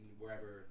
wherever